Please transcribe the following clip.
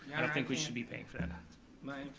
i don't think we should be paying for and